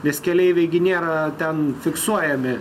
nes keleiviai gi nėra ten fiksuojami